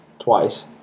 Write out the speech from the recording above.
twice